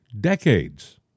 decades